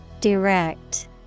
Direct